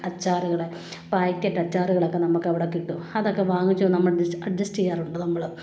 അച്ചാറുകൾ packet അച്ചാറുകളൊക്കെ നമുക്കവിടെ കിട്ടും അതൊക്കെ വാങ്ങിച്ച് നമ്മൾ അഡ്ജസ്റ്റ് ചെയ്യാറുണ്ട് നമ്മൾ